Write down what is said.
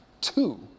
two